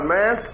man